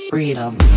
Freedom